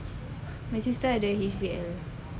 my sister ada live P_L